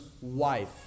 wife